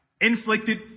inflicted